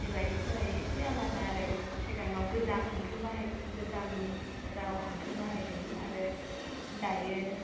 जिबायदि फरायो एसे आलादा आरो सिगाङाव गोजाम हांखो बाहाय गोजाम राव हांखो बाहायदोंमोन आरो दायो